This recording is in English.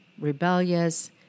rebellious